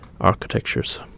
architectures